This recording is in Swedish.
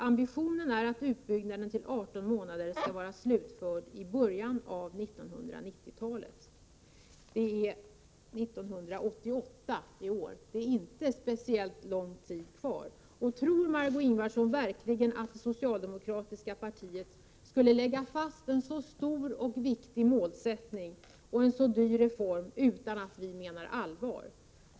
Ambitionen är att utbyggnaden till 18 månader skall vara slutförd i början av 1990-talet.” Det är 1988 i år. Det är inte speciellt lång tid kvar. Tror Margöé Ingvardsson verkligen att det socialdemokratiska partiet skulle lägga fast en så stor och viktig målsättning och en så dyr reform utan att vi menar allvar?